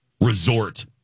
resort